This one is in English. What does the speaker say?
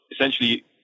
Essentially